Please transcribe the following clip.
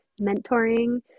mentoring